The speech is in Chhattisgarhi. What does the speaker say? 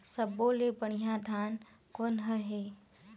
सब्बो ले बढ़िया धान कोन हर हे?